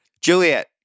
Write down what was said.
Juliet